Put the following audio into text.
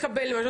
לקבל משהו,